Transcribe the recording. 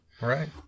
Right